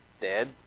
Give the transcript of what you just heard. Dead